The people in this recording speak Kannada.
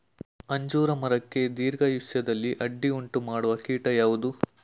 ಅಂಜೂರ ಮರಕ್ಕೆ ದೀರ್ಘಾಯುಷ್ಯದಲ್ಲಿ ಅಡ್ಡಿ ಉಂಟು ಮಾಡುವ ಕೀಟ ಯಾವುದು?